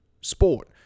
sport